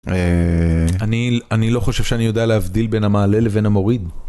אהה.. אני, אני לא חושב שאני יודע להבדיל בין המעלה לבין המוריד.